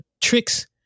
tricks